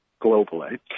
globally